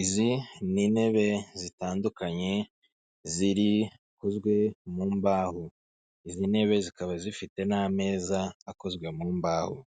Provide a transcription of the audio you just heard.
Izi ni intebe zitandukanye zikozwe mu mbaho izi ntebe zikaba zifite n'ameza akozwe mu mbaho